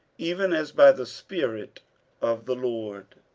even as by the spirit of the lord.